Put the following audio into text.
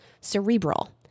cerebral